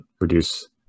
reduce